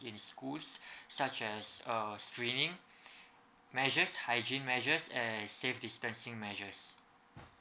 in schools such as uh screening measures hygiene measures and safe distancing measures